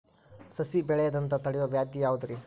ಸಸಿ ಬೆಳೆಯದಂತ ತಡಿಯೋ ವ್ಯಾಧಿ ಯಾವುದು ರಿ?